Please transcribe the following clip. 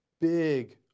big